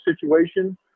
situation